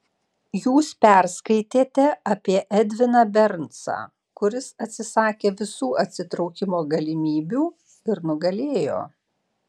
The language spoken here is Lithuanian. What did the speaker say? jūs perskaitėte apie edviną bernsą kuris atsisakė visų atsitraukimo galimybių ir nugalėjo